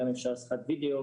אפשר גם בשיחת וידאו,